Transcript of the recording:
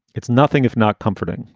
it's nothing if not comforting,